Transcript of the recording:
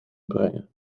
brengen